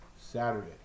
Saturday